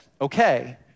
okay